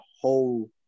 whole